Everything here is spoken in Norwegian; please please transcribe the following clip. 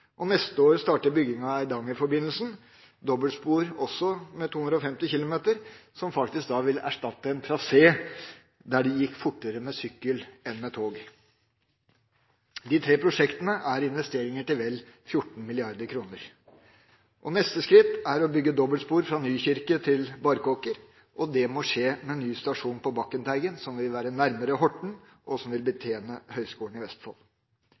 Neste år starter bygginga av Eidanger-forbindelsen – dobbeltspor, også for 250 km/t – som vil erstatte en trasé der det faktisk gikk fortere med sykkel enn med tog. Disse tre prosjektene er investeringer til vel 14 mrd. kr. Neste skritt er å bygge dobbeltspor fra Nykirke til Barkåker, og det må skje med ny stasjon på Bakkenteigen, som vil være nærmere Horten, og som vil betjene Høgskolen i Vestfold.